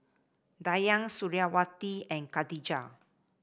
Dayang Suriawati and Khadija